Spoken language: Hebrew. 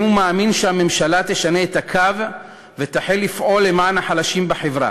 אם הוא מאמין שהממשלה תשנה את הקו ותחל לפעול למען החלשים בחברה.